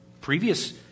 previous